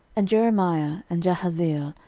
and jeremiah, and jahaziel,